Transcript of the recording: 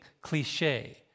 cliche